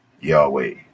yahweh